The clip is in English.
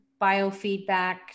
biofeedback